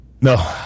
No